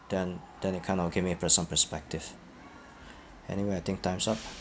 then then it kind of give me per~ some perspective anyway I think time's up